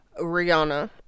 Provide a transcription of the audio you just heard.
Rihanna